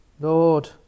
Lord